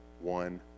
one